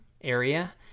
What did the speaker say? area